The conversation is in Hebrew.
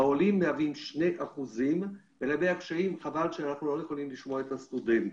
העולים מהווים 2% וחבל שאנחנו לא יכולים לשמוע את הסטודנטים.